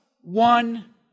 one